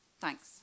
thanks